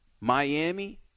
Miami